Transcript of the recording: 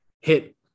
hit